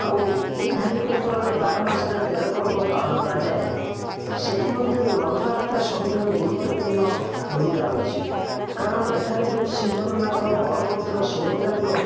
ଆଉ ଏହି ଧାର୍ମିକ ସ୍ଥଳରେ ବାର ମାସରେ ତେର ପର୍ବ ପାଳନ କରାଯାଏ ସେଥିମଧ୍ୟରୁ ରଥଯାତ୍ରା ସବୁଠାରୁ ଗୁରୁତ୍ୱପୂର୍ଣ୍ଣ ଭୂମିକା ରହିଛି କାରଣ ଏଠାରେ ଯେଉଁ ଶ୍ରୀ ଜଗନ୍ନାଥ ବଳଭଦ୍ର ସୁଭଦ୍ରାଙ୍କ